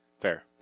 Fair